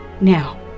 Now